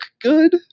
good